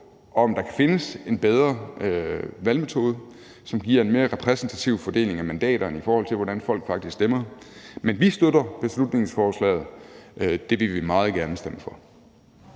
om der kan findes en bedre valgmetode, som giver en mere repræsentativ fordeling af mandaterne, i forhold til hvordan folk faktisk stemmer. Men vi støtter beslutningsforslaget. Det vil vi meget gerne stemme for.